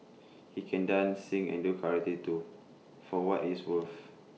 he can dance sing and do karate too for what it's worth